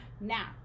now